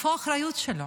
איפה האחריות שלו?